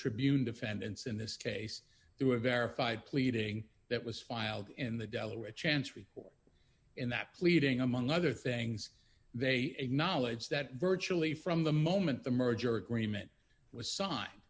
tribune defendants in this case there were verified pleading that was filed in the delaware a chance report in that pleading among other things they knowledge that virtually from the moment the merger agreement was sign